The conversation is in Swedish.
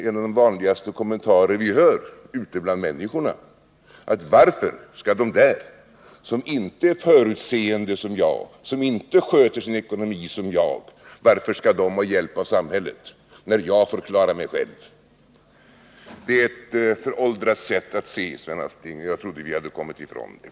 En av de vanligaste kommentarerna ute bland människorna är alltjämt dess värre: Varför skall de där, som inte är förutseende som jag, som inte sköter sin ekonomi som jag, ha hjälp av samhället, när jag får klara mig själv? — Det är ett föråldrat sätt att se, Sven Aspling, och jag trodde vi hade kommit ifrån det.